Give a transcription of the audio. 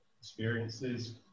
experiences